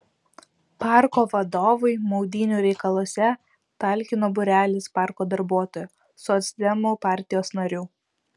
parko vadovui maudynių reikaluose talkino būrelis parko darbuotojų socdemų partijos narių